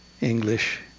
English